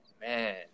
Man